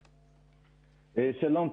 שלום.